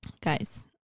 guys